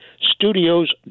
studios